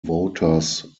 voters